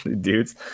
dudes